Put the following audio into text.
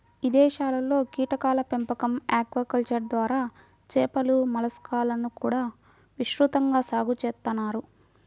ఇదేశాల్లో కీటకాల పెంపకం, ఆక్వాకల్చర్ ద్వారా చేపలు, మలస్కాలను కూడా విస్తృతంగా సాగు చేత్తన్నారు